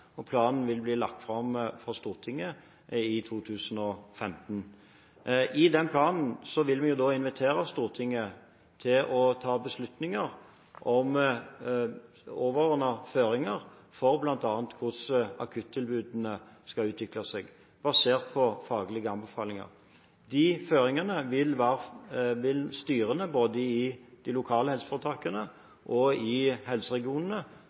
og planen vil bli lagt fram for Stortinget i 2015. I den planen vil vi invitere Stortinget til å ta beslutninger om overordnede føringer for bl.a. hvordan akuttilbudene skal utvikle seg, basert på faglige anbefalinger. De føringene vil styrene i både de lokale helseforetakene og helseregionene